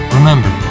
Remember